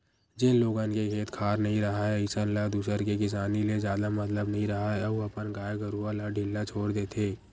जेन लोगन के खेत खार नइ राहय अइसन ल दूसर के किसानी ले जादा मतलब नइ राहय अउ अपन गाय गरूवा ल ढ़िल्ला छोर देथे